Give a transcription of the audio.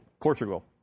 Portugal